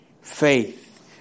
Faith